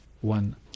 one